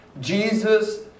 Jesus